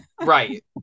right